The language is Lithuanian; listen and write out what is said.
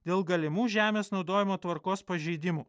dėl galimų žemės naudojimo tvarkos pažeidimų